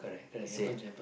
that's it